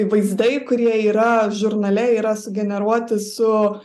vaizdai kurie yra žurnale yra sugeneruoti su